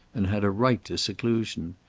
and had a right to seclusion.